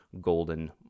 golden